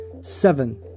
Seven